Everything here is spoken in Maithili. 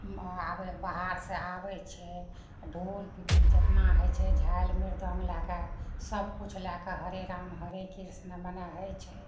आबै बाहरसँ आबैछै ढोल पिपही जेतना होइत छै झालि मृदङ्ग लए कऽ सबकिछु लए कऽ हरे राम हरे कृष्ण मने होइत छै